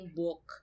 book